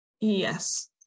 Yes